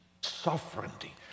sovereignty